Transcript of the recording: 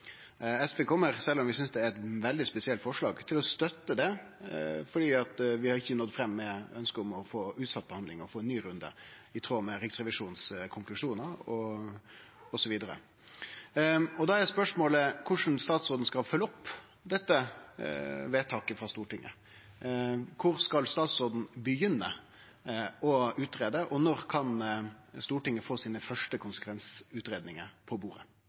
SV kjem til – sjølv om vi synest det er eit veldig spesielt forslag – å støtte det, fordi vi ikkje har nådd fram med ønsket om å få utsett behandlinga og få ein ny runde, i tråd med Riksrevisjonens konklusjonar osv. Da er spørsmålet korleis statsråden skal følgje opp dette vedtaket frå Stortinget. Kor skal statsråden begynne å utgreie, og når kan Stortinget få sine første konsekvensutgreiingar på bordet?